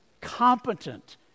competent